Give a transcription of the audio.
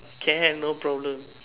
can no problem